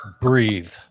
Breathe